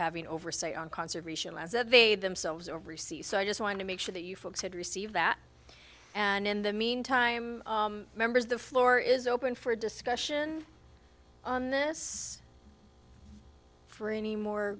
having over say on conservation less that they themselves oversees so i just want to make sure that you folks had received that and in the meantime members the floor is open for discussion on this for any more